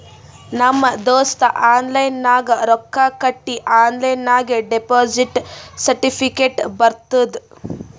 ನಮ್ ದೋಸ್ತ ಆನ್ಲೈನ್ ನಾಗ್ ರೊಕ್ಕಾ ಕಟ್ಟಿ ಆನ್ಲೈನ್ ನಾಗೆ ಡೆಪೋಸಿಟ್ ಸರ್ಟಿಫಿಕೇಟ್ ಬರ್ತುದ್